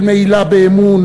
של מעילה באמון,